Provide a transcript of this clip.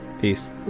Peace